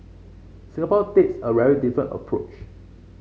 Singapore takes a very different approach